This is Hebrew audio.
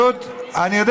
אני בעד,